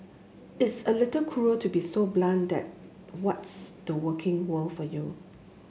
it's a little cruel to be so blunt that what's the working world for you